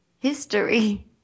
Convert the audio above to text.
History